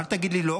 אל תגיד לי לא,